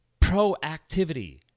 proactivity